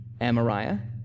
Amariah